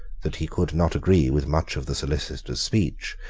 that he could not agree with much of the solicitor's speech,